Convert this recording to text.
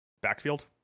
Backfield